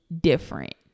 different